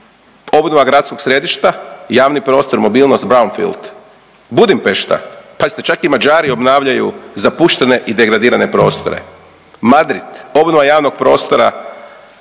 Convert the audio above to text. obnova gradskog središta i javni prostor, mobilnost brownfield. Budimpešta, pazite čak i Mađari obnavljaju zapuštene i degradirane prostore. Madrid, obnova javnog prostora